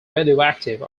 radioactive